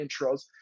intros